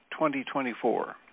2024